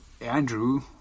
Andrew